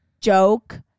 joke